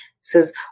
says